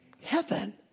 heaven